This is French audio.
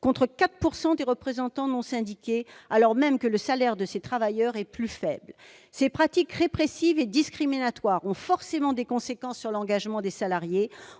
contre 4 % des représentants non syndiqués, alors même que le salaire de ces travailleurs est plus faible. Ces pratiques répressives et discriminatoires ont forcément des conséquences sur l'engagement des salariés